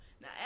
Now